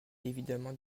évidemment